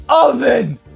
oven